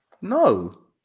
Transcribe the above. No